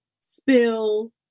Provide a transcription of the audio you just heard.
spill